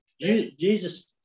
Jesus